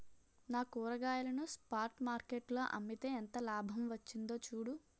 నా కూరగాయలను spot market లో అమ్మితే ఎంత లాభం వచ్చిందో చూడు